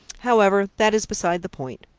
however, that is beside the point.